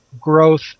growth